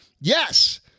Yes